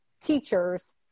teachers